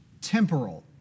temporal